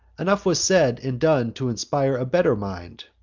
enough was said and done t'inspire a better mind.